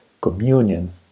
communion